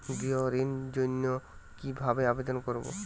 গৃহ ঋণ জন্য কি ভাবে আবেদন করব?